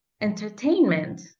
entertainment